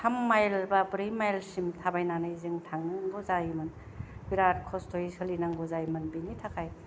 थाम माइल बा ब्रै माइलसिम थाबायनानै जों थांनांगौ जायोमोन बिरात खस्थ'यै सोलिनांगौ जायोमोन बेनि थाखाय